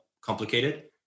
complicated